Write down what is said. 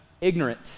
ignorant